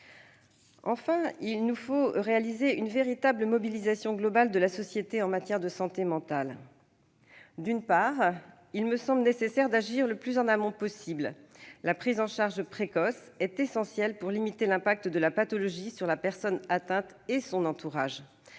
Enfin, il nous faut réaliser une véritable mobilisation globale de la société en matière de santé mentale. D'une part, il me semble nécessaire d'agir le plus en amont possible. La prise en charge précoce est essentielle pour limiter l'impact de la pathologie sur la personne atteinte et son entourage,